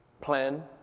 plan